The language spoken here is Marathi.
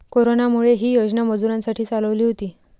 कोरोनामुळे, ही योजना मजुरांसाठी चालवली होती